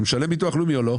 הוא משלם ביטוח לאומי או לא?